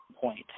point